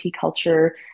culture